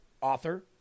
author